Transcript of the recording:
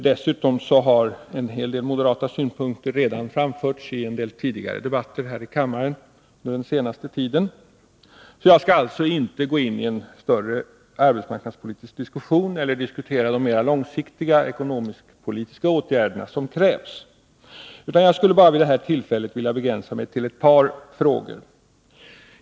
Dessutom har en hel del moderata synpunkter redan framförts i andra debatter här i kammaren under den senaste tiden. Jag skall därför inte gå in i en stor arbetsmarknadspolitisk diskussion eller diskutera de mer långsiktiga ekonomisk-politiska åtgärder som krävs utan vid detta tillfälle begränsa mig till ett par frågor.